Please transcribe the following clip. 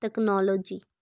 technology